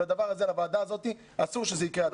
הדבר הזה, אסור שהוא יקרה.